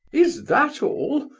is that all?